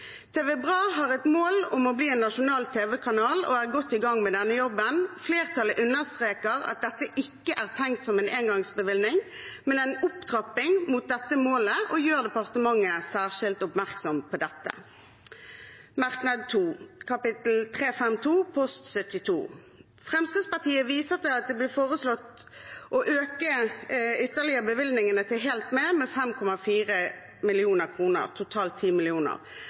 har et mål om å bli en nasjonal tv-kanal og er godt i gang med denne jobben. Flertallet understreker at dette ikke er tenkt som en engangsbevilgning, men en opptrapping mot dette målet, og gjør departementet særskilt oppmerksom på dette. Merknad nummer to, kapittel 352 post 72: Fremskrittspartiet viser til at det blir foreslått å øke bevilgningene til HELT MED ytterligere, med 5,4 mill. kr, totalt